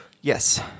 Yes